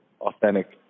authentic